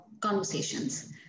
conversations